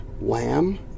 lamb